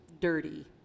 dirty